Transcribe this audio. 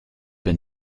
been